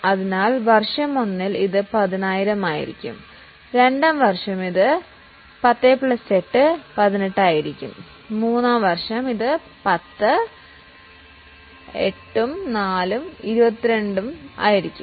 അതിനാൽ വർഷം 1 ൽ ഇത് 10 ആയിരിക്കും വർഷം 2 ഇത് 10 പ്ലസ് 8 18 ആയിരിക്കും മൂന്നാം വർഷം ഇത് പത്ത് 8 4 22 ആയിരിക്കും